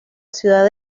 ciudad